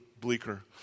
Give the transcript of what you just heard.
bleaker